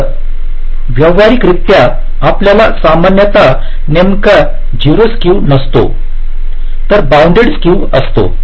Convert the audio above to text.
तर व्यावहारिकरित्या आपल्याला सामान्यतः नेमक्या 0 स्क्यू नसतो तर बाउंडड स्क्यू असतो